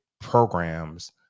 programs